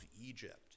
Egypt